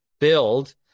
build